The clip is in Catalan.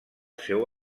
seu